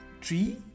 Tree